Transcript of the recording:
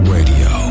Radio